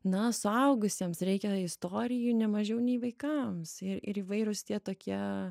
na suaugusiems reikia istorijų ne mažiau nei vaikams ir ir įvairūs tie tokie